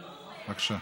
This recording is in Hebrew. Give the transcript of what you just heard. בבקשה.